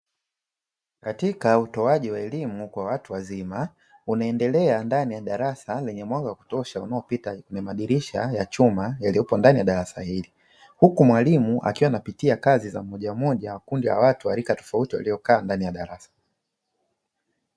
Katika utoaji wa elimu kwa watu wazima, unaendelea ndani ya darasa lenye mwanga wa kutosha unaopita kwenye madirisha ya chuma yaliyopo ndani ya darasa hili, huku mwalimu akiwa anapitia kazi za mmojammoja za kundi la watu wa rika tofauti waliokaa ndani ya darasa.